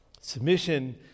Submission